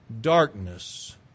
darkness